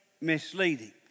misleading